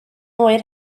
oer